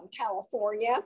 California